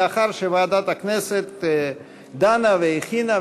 לאחר שוועדת הכנסת דנה והכינה,